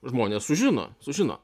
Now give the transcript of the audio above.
žmonės sužino sužino